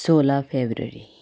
sole February